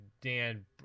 Dan